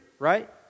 right